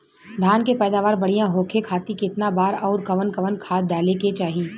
धान के पैदावार बढ़िया होखे खाती कितना बार अउर कवन कवन खाद डाले के चाही?